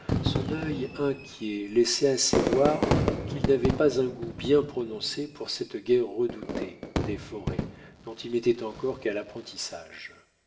son œil inquiet laissait assez voir qu'il n'avait pas un goût bien prononcé pour cette guerre redoutée des forêts dont il n'était encore qu'à l'apprentissage